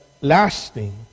lasting